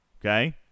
okay